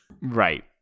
Right